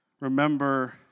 Remember